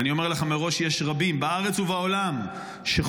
ואני אומר לך מראש שיש רבים בארץ ובעולם שחולקים